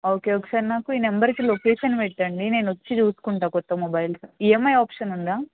okay ఒకసారి నాకు ఈ నంబర్కి లొకేషన్ పెట్టండి నేను వచ్చి చూసుకుంటాను క్రొత్త మొబైల్స్ ఇఎంఐ ఆప్షన్ ఉందా